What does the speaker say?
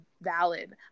valid